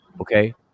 okay